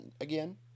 again